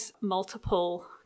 multiple